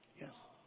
Yes